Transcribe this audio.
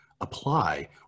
apply